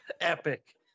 Epic